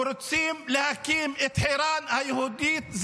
ורוצים להקים את חירן היהודית,